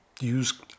use